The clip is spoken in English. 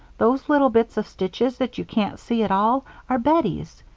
those little bits of stitches that you can't see at all are bettie's.